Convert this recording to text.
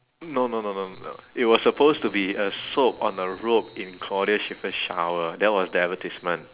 no no no no no it was supposed to be a soap on a rope in claudia schiffer's shower that was the advertisement